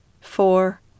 four